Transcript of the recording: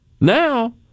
now